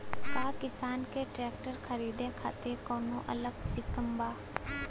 का किसान के ट्रैक्टर खरीदे खातिर कौनो अलग स्किम बा?